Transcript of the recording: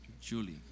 Julie